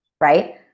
right